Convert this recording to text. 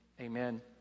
Amen